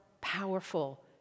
powerful